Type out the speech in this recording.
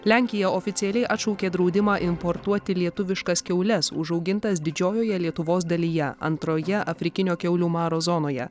lenkija oficialiai atšaukė draudimą importuoti lietuviškas kiaules užaugintas didžiojoje lietuvos dalyje antroje afrikinio kiaulių maro zonoje